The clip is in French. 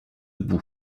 boue